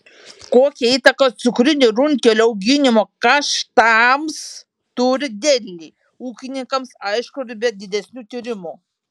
kokią įtaką cukrinių runkelių auginimo kaštams turi derliai ūkininkams aišku ir be didesnių tyrimų